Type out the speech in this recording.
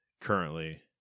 currently